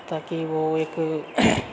ताकि ओ एक